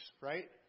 right